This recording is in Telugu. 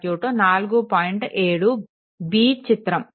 7 b చిత్రం